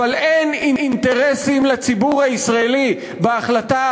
אבל אין אינטרסים לציבור הישראלי בהחלטה